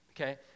Okay